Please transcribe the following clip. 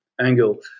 angle